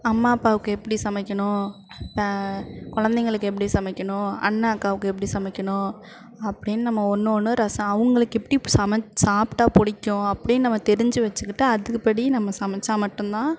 அம்மா அப்பாவுக்கு எப்படி சமைக்கணும் இப்போ கொழந்தைங்களுக்கு எப்படி சமைக்கணும் அண்ணா அக்காவுக்கு எப்படி சமைக்கணும் அப்படின்னு நம்ம ஒன்று ஒன்றும் ரச அவங்களுக்கு எப்படி இப்போ சமச் சாப்பிட்டா பிடிக்கும் அப்படின்னு நம்ம தெரிஞ்சு வச்சுக்கிட்டு அதுப்படி நம்ம சமைச்சா மட்டும்தான்